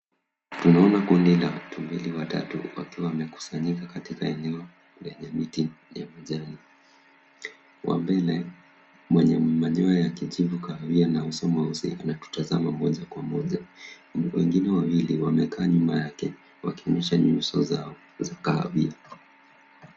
Tunaona kundi la tumbili watatu wakiwa wamekusanyika katika eneo lenye miti ya majani. Wa mbele mwenye manyoya ya kijivu kahawia na uso mweusi anatutazama moja kwa moja. Wengine wawili wamekaa nyuma yake wakionyesha nyuso zao za kahawia.